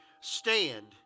stand